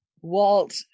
Walt